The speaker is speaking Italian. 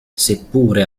seppure